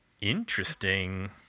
Interesting